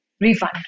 refund